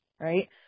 right